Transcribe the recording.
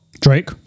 Drake